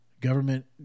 government